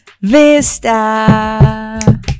Vista